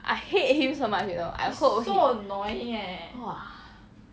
I hate him so much you know I hope he !wah!